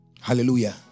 Hallelujah